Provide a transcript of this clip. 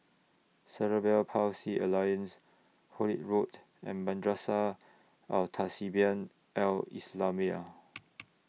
Cerebral Palsy Alliance Hullet Road and Madrasah Al Tahzibiah Al Islamiah